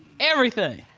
everything.